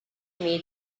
imi